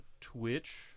twitch